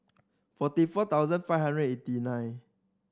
forty four thousand five hundred and eighty nine